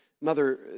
mother